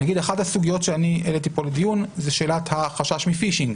אחת הסוגיות שאני העליתי כאן לדיון הייתה שאלת החשש מפישינג,